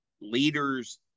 leaders